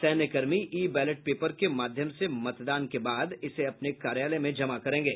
सैन्यकर्मी e ballot paper के माध्यम से मतदान के बाद इसे अपने कार्यालय में जमा करेंगे